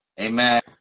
Amen